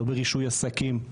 לא ברישוי עסקים,